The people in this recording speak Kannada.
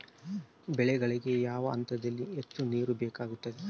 ಬೆಳೆಗಳಿಗೆ ಯಾವ ಹಂತದಲ್ಲಿ ಹೆಚ್ಚು ನೇರು ಬೇಕಾಗುತ್ತದೆ?